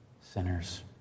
sinners